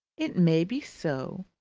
it may be so,